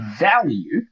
value